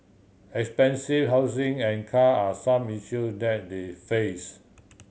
expensive housing and car are some issue that they face